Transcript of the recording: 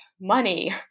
money